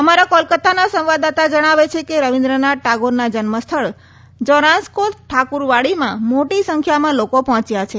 અમારા કોલકાતાના સંવાદદાતા જણાવે છે કે રવિન્દ્રનાથ ટાગોરના જન્મ સ્થળ જોરાંસ્કો ઠાક્રવાડીમાં મોટી સંખ્યામાં લોકો પહોંચ્યા છે